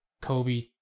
kobe